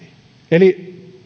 eli